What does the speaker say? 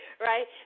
right